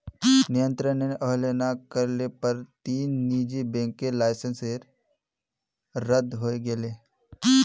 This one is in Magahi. नियंत्रनेर अवहेलना कर ल पर तीन निजी बैंकेर लाइसेंस रद्द हई गेले